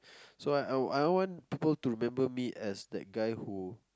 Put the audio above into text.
so I I I want people to remember as that guy who